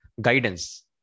guidance